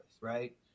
right